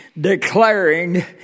declaring